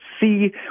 see